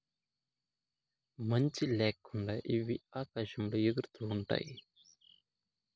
మంచి ల్యాకుండా ఇవి ఆకాశంలో ఎగురుతూ ఉంటాయి